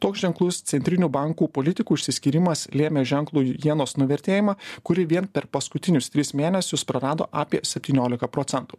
toks ženklus centrinių bankų politikų užsiskyrimas lėmė ženklų jienos nuvertėjimą kuri vien per paskutinius tris mėnesius prarado apie septyniolika procentų